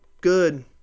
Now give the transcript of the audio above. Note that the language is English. good